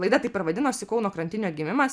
laida taip ir vadinosi kauno krantinių atgimimas